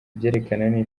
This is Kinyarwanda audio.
ibyerekeranye